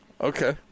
Okay